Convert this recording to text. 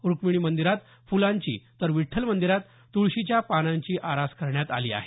रुक्मिणी मंदिरात फुलांची तर विठ्ठल मंदिरात तुळशीच्या पानांची आरास करण्यात आली आहे